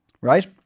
Right